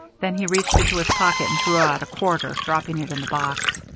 then he reached into his pocket and drew out a quarter, dropping it in the box.